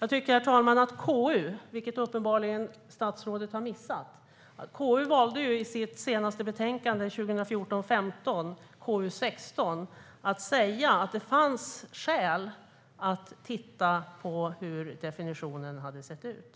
Herr talman! Statsrådet har uppenbarligen missat att KU i sitt senaste betänkande, 2014/15:KU16, valde att säga att det finns skäl att titta på hur definitionen har sett ut.